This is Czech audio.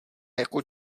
jako